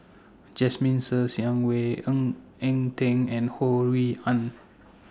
Jasmine Ser Xiang Wei Ng Eng Teng and Ho Rui An